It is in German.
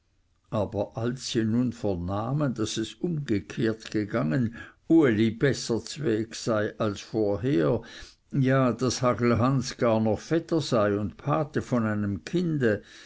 gehabt als sie nun aber vernahmen daß es umgekehrt gegangen uli besser zweg sei als vorher ja daß hagelhans gar noch vetter sei und götti von einem kinde